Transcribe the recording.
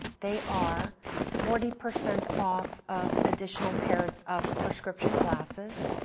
they are forty percent off of additional pairs of prescription glasses,